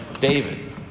David